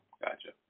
gotcha